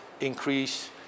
increase